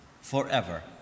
forever